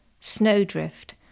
Snowdrift